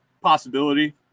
possibility